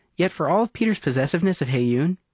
yet for all of peter's possessiveness of heyoon,